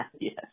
Yes